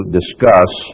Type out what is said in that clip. discuss